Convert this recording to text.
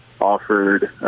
offered